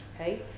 okay